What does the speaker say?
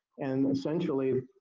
and, essentially,